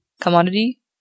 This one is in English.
commodity